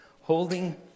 holding